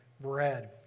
bread